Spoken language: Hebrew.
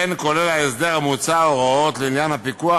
כמו כן כולל ההסדר המוצע הוראות לעניין הפיקוח